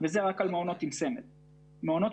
אין התייחסות מספרית?